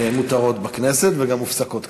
הן מותרות בכנסת וגם מופסקות כרגע.